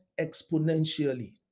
exponentially